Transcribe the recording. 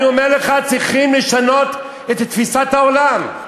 אני אומר לך, צריכים לשנות את תפיסת העולם,